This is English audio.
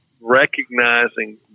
recognizing